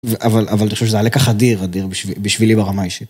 אבל תחשוב שזה היה לקח אדיר, אדיר בשבילי ברמה האישית.